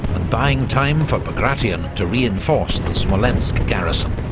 and buying time for bagration to reinforce the smolensk garrison.